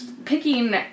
Picking